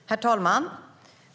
Herr talman!